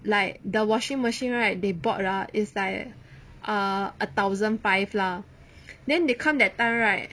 like the washing machine right they bought ah is like ah a thousand five lah then they come that time right